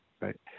right